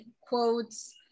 quotes